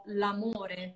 l'amore